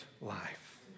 life